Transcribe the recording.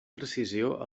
precisió